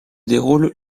déroule